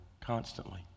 constantly